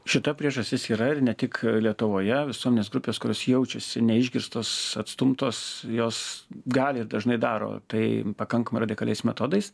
šita priežastis yra ir ne tik lietuvoje visuomenės grupės kurios jaučiasi neišgirstos atstumtos jos gali dažnai daro tai pakankamai radikaliais metodais